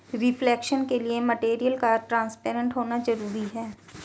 reflection के लिए material का ट्रांसपेरेंट होना जरूरी है